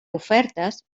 ofertes